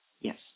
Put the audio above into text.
Yes